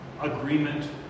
agreement